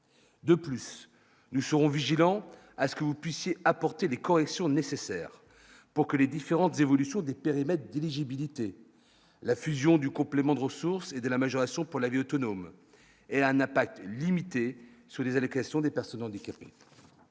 de plus nous serons vigilants à ce que vous puissiez apporter les corrections nécessaires pour que les différentes évolutions des périmètres d'éligibilité, la fusion du complément de ressources et de la majoration pour la vie autonome Elana pacte limité sur les allocations des personnes handicapées,